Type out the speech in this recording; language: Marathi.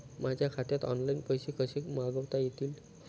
माझ्या खात्यात ऑनलाइन पैसे कसे मागवता येतील?